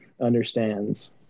understands